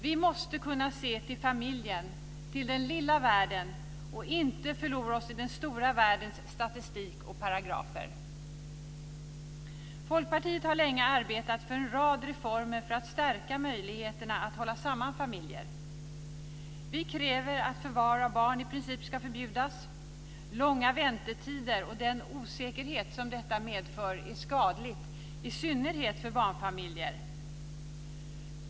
Vi måste kunna se till familjen, till den lilla världen, och inte förlora oss i den stora världens statistik och paragrafer. Folkpartiet har länge arbetat för en rad reformer för att stärka möjligheterna att hålla samman familjer. Vi kräver att förvar av barn i princip ska förbjudas. Långa väntetider och den osäkerhet de medför är skadliga, i synnerhet för barnfamiljer.